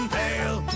pale